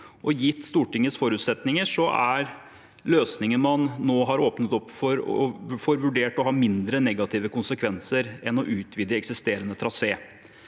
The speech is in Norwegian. gitt Stortingets forutsetninger er løsningen man nå har åpnet for, vurdert å ha mindre negative konsekvenser enn å utvide eksisterende trasé.